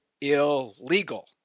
illegal